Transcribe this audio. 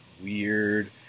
weird